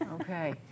Okay